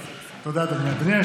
תודה, אדוני.